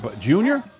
Junior